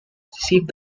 received